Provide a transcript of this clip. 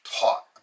taught